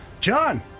John